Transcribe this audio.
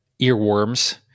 earworms